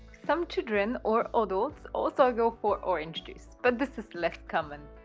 some children or adults also go for orange juice but this is less common.